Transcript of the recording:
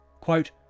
Quote